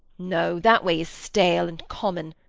no, that way is stale and common.